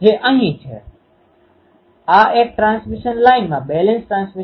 તેથી તમે વાસ્તવિક સૂત્ર જુઓ જે આપણે પહેલાથી જ શોધી કાઢ્યુ છે